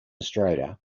australian